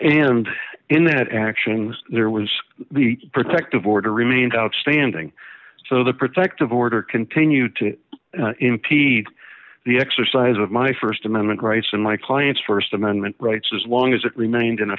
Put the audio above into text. and in that action there was the protective order remained outstanding so the protective order continued to impede the exercise of my st amendment rights and my client's st amendment rights as long as it remained in